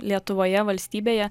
lietuvoje valstybėje